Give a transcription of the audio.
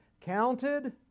Counted